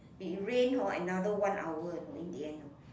it rained hor another one hour know in the end